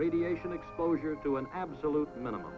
radiation exposure to an absolute minimum